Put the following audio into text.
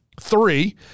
three